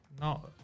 No